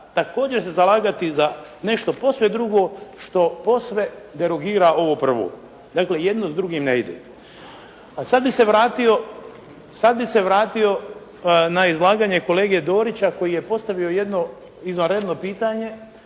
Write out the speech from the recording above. također se zalagati za nešto posve drugo što posve derogira ovo prvo. Dakle jedno s drugim ne ide. A sad bih se vratio, sad bih se vratio na izlaganje kolege Dorića koji je postavio jedno izvanredno pitanje